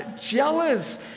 jealous